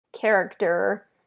character